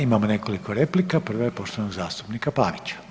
Imamo nekoliko replika, prva je poštovanog zastupnika Pavića.